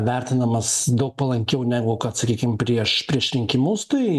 vertinamas daug palankiau negu kad sakykim prieš prieš rinkimus tai